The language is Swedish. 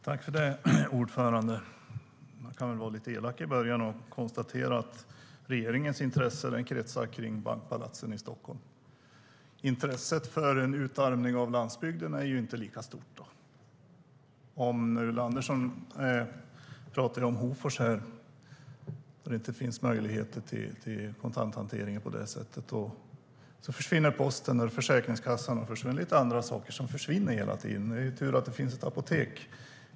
Herr talman! Jag kan väl vara lite elak och börja med att konstatera att regeringens intresse kretsar kring bankpalatsen i Stockholm. Intresset för utarmningen av landsbygden är inte lika stort. Ulla Andersson talade om Hofors, där det inte finns möjligheter till kontanthantering. Posten, försäkringskassan och annat försvinner hela tiden. Det är ju tur att det finns ett apotek.